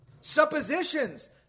suppositions